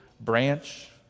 Branch